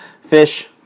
fish